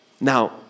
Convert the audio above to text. Now